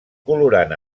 colorant